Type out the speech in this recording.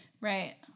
Right